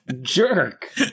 Jerk